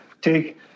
Take